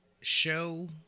show